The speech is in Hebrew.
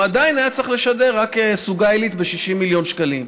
הוא עדיין היה צריך לשדר רק סוגה עילית ב-60 מיליון שקלים.